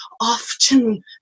often